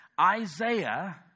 Isaiah